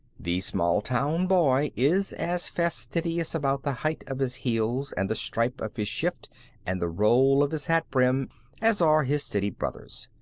the small-town boy is as fastidious about the height of his heels and the stripe of his shift and the roll of his hat-brim as are his city brothers.